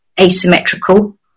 asymmetrical